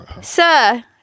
sir